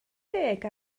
deg